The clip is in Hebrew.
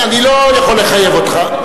אני לא יכול לחייב אותך.